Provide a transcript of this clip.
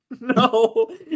No